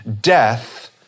death